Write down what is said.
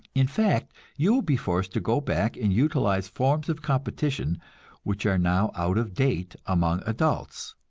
in fact, you will be forced to go back and utilize forms of competition which are now out of date among adults.